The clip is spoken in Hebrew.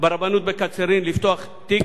בשעה 10:00 בקריית-ים לפתוח תיק,